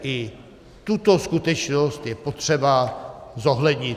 I tuto skutečnost je potřeba zohlednit.